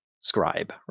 scribe